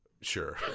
Sure